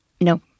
No